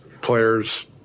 players